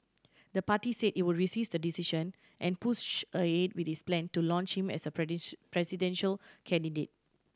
the party say it would resist the decision and push ahead with its plan to launch him as presidential candidate